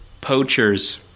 poachers